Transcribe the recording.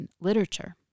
literature